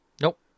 Nope